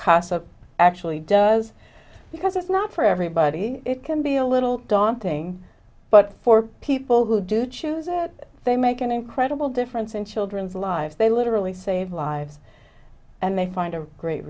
cost of actually does because it's not for everybody it can be a little daunting but for people who do choose it they make an incredible difference in children's lives they literally save lives and they find a great